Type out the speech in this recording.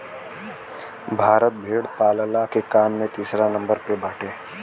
भारत भेड़ पालला के काम में तीसरा नंबर पे बाटे